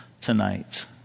tonight